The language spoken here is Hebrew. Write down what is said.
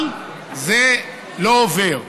אבל זה לא עובר.